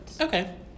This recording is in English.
Okay